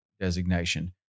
designation